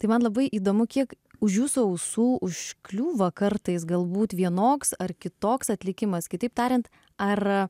tai man labai įdomu kiek už jūsų ausų užkliūva kartais galbūt vienoks ar kitoks atlikimas kitaip tariant ar